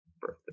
birthday